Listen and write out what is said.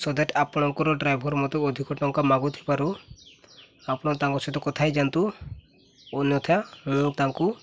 show that ଆପଣଙ୍କର driver ମୋତେ ଅଧିକ ଟଙ୍କା ମାଗୁଥିବାରୁ ଆପଣ ତାଙ୍କ ସହିତ କଥା ହେଇଯାଆନ୍ତୁ ଅନ୍ୟଥା ମୁଁ ତାଙ୍କୁ